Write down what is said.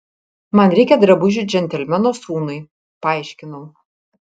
man reikia drabužių džentelmeno sūnui paaiškinau